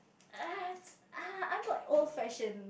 uh uh I'm not old fashioned